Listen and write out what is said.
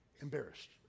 Embarrassed